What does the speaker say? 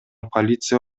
полиция